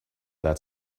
that